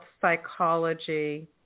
psychology